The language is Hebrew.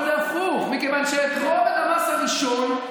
אבל זה הפוך, מכיוון שאת רובד המס הראשון,